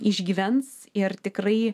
išgyvens ir tikrai